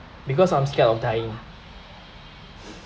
because I'm scared of dying